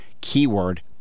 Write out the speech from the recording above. keyword